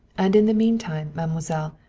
and in the meantime, mademoiselle,